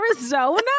arizona